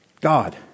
God